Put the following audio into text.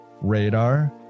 radar